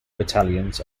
battalions